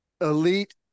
Elite